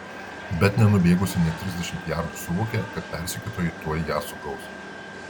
bet nenubėgusi nė trisdešimt jardų suvokė kad persekiotojai tuoj ją sugaus